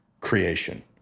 creation